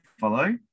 follow